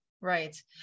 Right